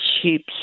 sheep